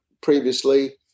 previously